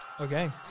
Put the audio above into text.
Okay